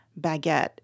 baguette